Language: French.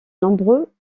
nombreux